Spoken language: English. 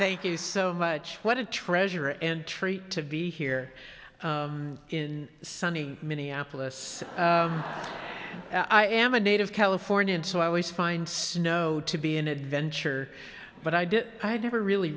thank you so much what a treasure and treat to be here in sunny minneapolis i am a native californian so i always find snow to be an adventure but i did i had never really